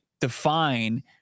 define